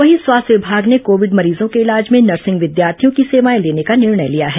वहीं स्वास्थ्य विभाग ने कोविड मरीजों के इलाज में नर्सिंग विद्यार्थियों की सेवाएं लेने का निर्णय लिया है